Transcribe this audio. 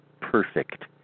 perfect